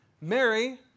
Mary